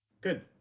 Good